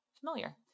familiar